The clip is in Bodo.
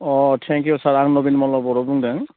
अ थेंक इउ सार आं नबिनमल' बर' बुंदों